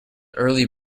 early